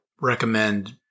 recommend